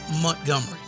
Montgomery